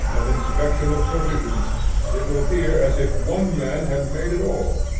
of inspection of provisions it will appear as if one man had made it all.